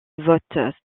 vote